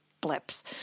blips